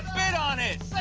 bid on it!